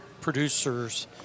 producers